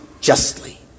justly